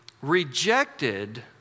rejected